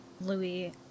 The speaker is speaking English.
Louis